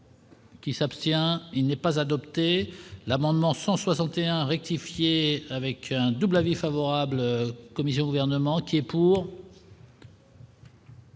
Qui s'abstient, il n'est pas adopté l'amendement 161 rectifier avec un double avis favorable comme ils ont gouvernement qui est pour.